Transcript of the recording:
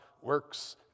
works